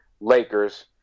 Lakers